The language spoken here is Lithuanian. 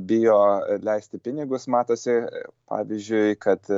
bijo leisti pinigus matosi pavyzdžiui kad